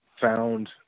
found